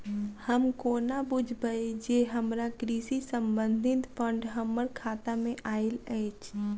हम कोना बुझबै जे हमरा कृषि संबंधित फंड हम्मर खाता मे आइल अछि?